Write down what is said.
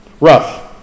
rough